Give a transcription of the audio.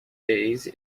days